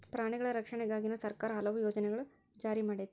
ಪ್ರಾಣಿಗಳ ರಕ್ಷಣೆಗಾಗಿನ ಸರ್ಕಾರಾ ಹಲವು ಯೋಜನೆ ಜಾರಿ ಮಾಡೆತಿ